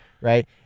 right